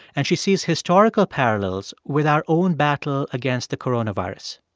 and she sees historical parallels with our own battle against the coronavirus.